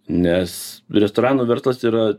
nes restoranų verslas yra